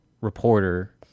reporter